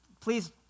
please